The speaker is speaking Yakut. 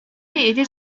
ити